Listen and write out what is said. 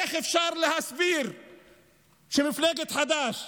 איך אפשר להסביר שמפלגת חד"ש